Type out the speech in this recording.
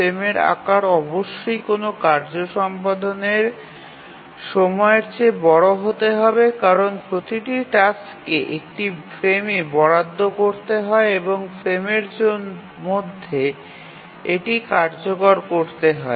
ফ্রেমের আকার অবশ্যই কোনও কার্য সম্পাদনের সময়ের চেয়ে বড় হতে হবে কারণ প্রতিটি টাস্ককে একটি ফ্রেমে বরাদ্দ করতে হয় এবং ফ্রেমের মধ্যে এটি কার্যকর করতে হয়